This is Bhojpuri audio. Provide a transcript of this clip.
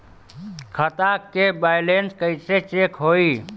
खता के बैलेंस कइसे चेक होई?